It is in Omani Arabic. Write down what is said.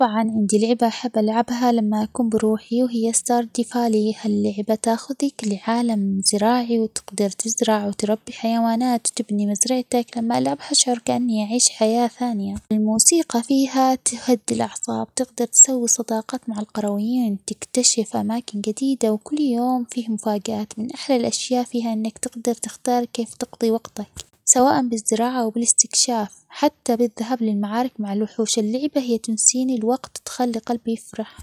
طبعاً عندي لعبة أحب ألعبها لما أكون بروحي وهي Stardew Valley هاللعبة تاخدك لعالم زراعي وتقدر تزرع وتربي حيوانات وتبني مزرعتك، لما ألعبها أشعر كأني أعيش حياة ثانية، الموسيقى فيها تهدي الأعصاب تقدر تسوي صداقات مع القرويين وتكتشف أماكن جديدة وكل يوم فيه مفاجآت ومن أحلى الأشياء فيها إنك تقدر تختار كيف تقضي وقتك سواءً بالزراعة أو بالاستكشاف حتى بالذهاب للمعارك مع الوحوش، اللعبة هي تنسيني الوقت وتخلي قلبي يفرح.